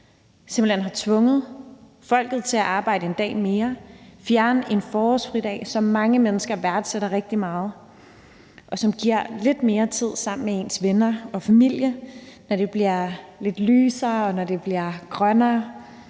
simpelt hen har tvunget folket til at arbejde en dag mere på en forårsfridag, som mange mennesker værdsætter rigtig meget, og som giver lidt mere tid sammen med ens venner og familie, når det bliver lidt lysere og grønnere.